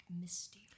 misty